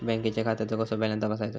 बँकेच्या खात्याचो कसो बॅलन्स तपासायचो?